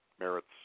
merits